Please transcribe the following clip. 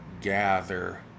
gather